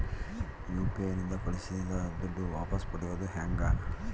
UPI ನಿಂದ ಕಳುಹಿಸಿದ ದುಡ್ಡು ವಾಪಸ್ ಪಡೆಯೋದು ಹೆಂಗ?